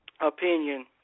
opinion